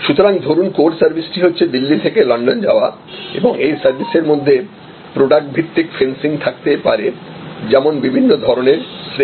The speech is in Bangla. সুতরাং ধরুন কোর সার্ভিস টি হচ্ছে দিল্লি থেকে লন্ডন যাওয়া এবং এই সার্ভিসের মধ্যে প্রোডাক্ট ভিত্তিক ফেন্সিং থাকতে পারে যেমন বিভিন্ন ধরনের শ্রেণি